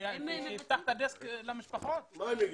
שאינה תלויה בי,